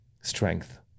strength